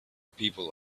people